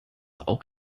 auch